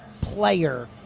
player